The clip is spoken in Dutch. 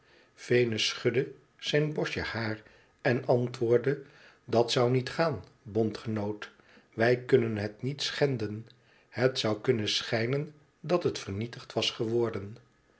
venus schudde zijn bosje haar en antwoordde idat zou niet gaan bondgenoot wij kunnen het niet schenden het zou kunnen schijnen dat het vernietigd was geworden